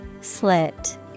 Slit